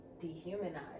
dehumanized